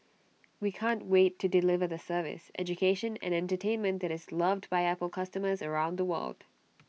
we can't wait to deliver the service education and entertainment that is loved by Apple customers around the world